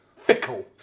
Fickle